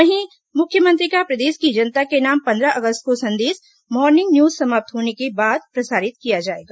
वहीं मुख्यमंत्री का प्रदेश की जनता के नाम पंद्रह अगस्त को संदेश मॉर्निंग न्यूज समाप्त होने के बाद प्रसारित किया जाएगा